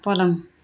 पलङ